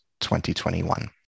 2021